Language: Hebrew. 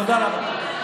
תודה רבה.